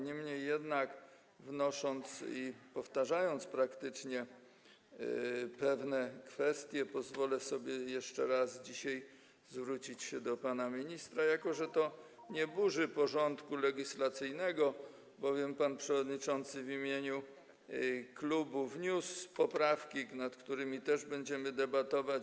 Niemniej jednak wnosząc... powtarzając praktycznie pewne kwestie, pozwolę sobie jeszcze raz dzisiaj zwrócić się do pana ministra, jako że to nie burzy porządku legislacyjnego, bowiem pan przewodniczący w imieniu klubu wniósł poprawki, nad którymi też będziemy debatować.